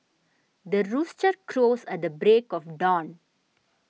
the rooster crows at the break of dawn